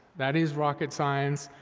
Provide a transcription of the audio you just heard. that is rocket science,